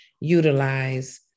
utilize